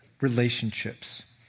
relationships